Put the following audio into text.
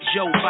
Joe